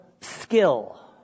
skill